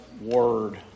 word